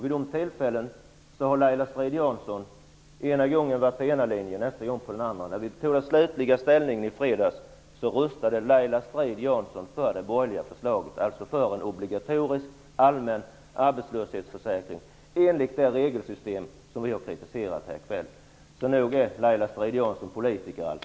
Vid dessa tillfällen var Laila Strid-Jansson en gång inne på den ena linjen, en annan gång på den andra. När vi tog slutlig ställning i fredags röstade Laila Strid-Jansson för det borgerliga förslaget, alltså för en obligatorisk allmän arbetslöshetsförsäkring enligt det regelsystem som vi har kritiserat här i kväll. Så nog är Laila Strid-Jansson politiker alltid!